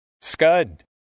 Scud